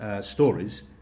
Stories